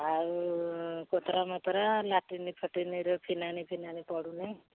ଆଉ କୋତରା ମତରା ଲାଟିନୀ ଫାଟିନିର ଫିନାଇଲ୍ ଫିନାଇଲ୍ ପଡ଼ୁନାହିଁ